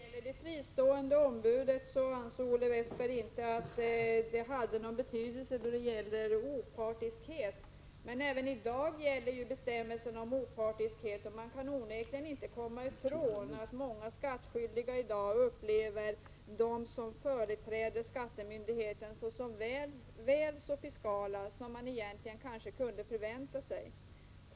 Herr talman! Olle Westberg ansåg att det fristående ombudet inte skulle ha någon betydelse då det gäller opartiskhet. Men även i dag gäller ju bestämmelsen om opartiskhet, och man kan inte komma ifrån att många skattskyldiga upplever dem som företräder skattemyndigheten såsom väl så fiskala som man kunde förvänta sig.